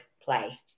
play